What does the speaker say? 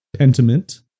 Pentiment